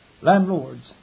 Landlords